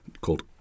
called